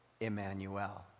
Emmanuel